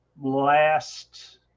last